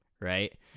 right